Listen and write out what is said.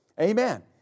Amen